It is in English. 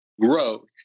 growth